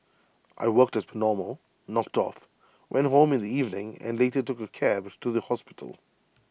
I worked as per normal knocked off went home in the evening and later took A cab to the hospital